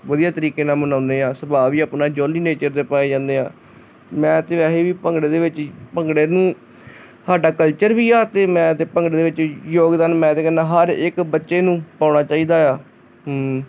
ਵਧੀਆ ਤਰੀਕੇ ਨਾਲ ਮਨਾਉਂਦੇ ਹਾਂ ਸੁਭਾਅ ਵੀ ਆਪਣਾ ਜੋਲੀ ਨੇਚਰ ਦੇ ਪਾਏ ਜਾਂਦੇ ਹਾਂ ਮੈਂ ਤਾਂ ਵੈਸੇ ਵੀ ਭੰਗੜੇ ਦੇ ਵਿੱਚ ਹੀ ਭੰਗੜੇ ਨੂੰ ਸਾਡਾ ਕਲਚਰ ਵੀ ਆ ਅਤੇ ਮੈਂ ਤਾਂ ਭੰਗੜੇ ਦੇ ਵਿੱਚ ਯੋਗਦਾਨ ਮੈਂ ਤਾਂ ਕਹਿੰਦਾ ਹਰ ਇੱਕ ਬੱਚੇ ਨੂੰ ਪਾਉਣਾ ਚਾਹੀਦਾ ਆ